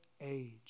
age